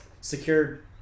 secured